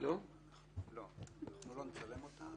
לא נספיק את כולן